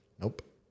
Nope